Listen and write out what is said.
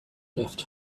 left